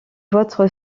votre